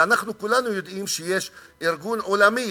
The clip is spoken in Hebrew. ואנחנו כולנו יודעים שיש ארגון עולמי,